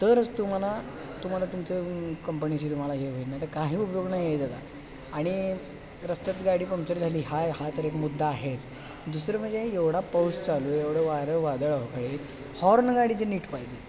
तरच तुम्हाला तुम्हाला तुमच्या कंपनीची तुम्हाला हे होईल नाही तर काही उपयोग नाही आहे त्याचा आणि रस्त्यात गाडी पंक्चर झाली हा हा तर एक मुद्दा आहेच दुसरं म्हणजे एवढा पाऊस चालू आहे एवढं वारं वादळ होत आहेत हॉर्न गाडीचे नीट पाहिजे